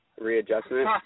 readjustment